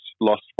lost